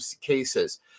cases